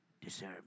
deserve